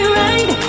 right